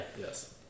Yes